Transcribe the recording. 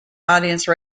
audience